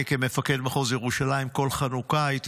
אני כמפקד מחוז ירושלים כל חנוכה הייתי